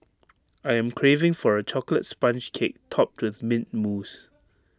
I am craving for A Chocolate Sponge Cake Topped with Mint Mousse